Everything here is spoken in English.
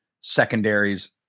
secondaries